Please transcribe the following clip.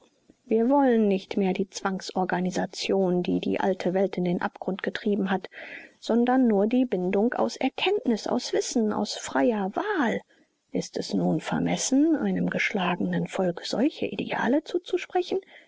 wir wollen nicht mehr die zwangsorganisation die die alte welt in den abgrund getrieben hat sondern nur die bindung aus erkenntnis aus wissen aus freier wahl ist es nun vermessen einem geschlagenen volk solche ideale zuzusprechen